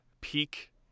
peak